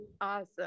awesome